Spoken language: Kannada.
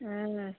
ಹ್ಞೂ